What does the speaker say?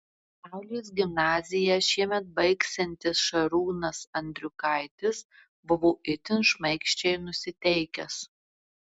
saulės gimnaziją šiemet baigsiantis šarūnas andriukaitis buvo itin šmaikščiai nusiteikęs